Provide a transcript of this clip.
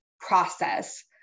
process